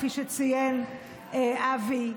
כפי שציין אבי,